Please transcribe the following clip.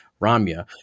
Ramya